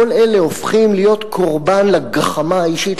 כל אלה הופכים להיות קורבן לגחמה האישית,